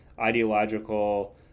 ideological